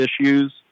issues